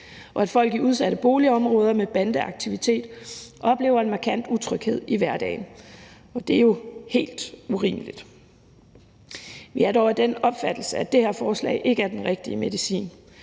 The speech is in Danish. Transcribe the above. og at folk i udsatte boligområder med bandeaktivitet oplever en markant utryghed i hverdagen, og det er jo helt urimeligt. Vi er dog af den opfattelse, at det her forslag ikke er den rigtige medicin.